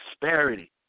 prosperity